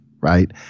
right